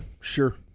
sure